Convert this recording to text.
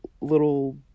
little